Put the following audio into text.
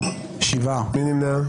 מי נמנע?